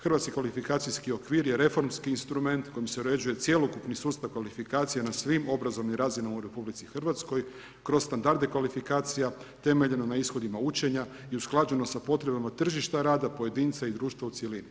Hrvatski kvalifikacijski okvir je reformski instrument kojim se uređuje cjelokupni sustav kvalifikacije na svim obrazovnim razinama u RH kroz standarde kvalifikacija temeljene zna ishodima učenja i usklađeno sa potrebama tržišta rada, pojedinca i društva u cjelini.